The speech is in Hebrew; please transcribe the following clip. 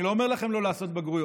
אני לא אומר לכם לא לעשות בגרויות,